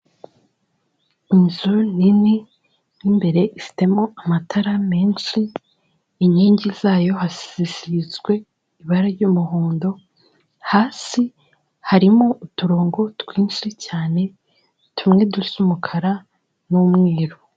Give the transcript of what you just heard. Inzu nini mo imbere ifitemo amatara menshi, inkingi zayo zisizwe ibara ry'umuhondo, hasi harimo uturongo twinshi cyane tumwe dusa umukara n'umweru.